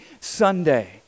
Sunday